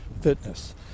fitness